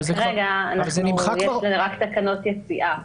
אבל כרגע יש רק תקנות יציאה.